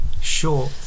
Sure